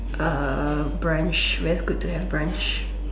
uh brunch where's good to have brunch